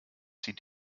zieht